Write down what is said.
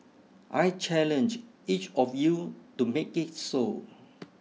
I challenge each of you to make it so